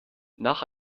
nach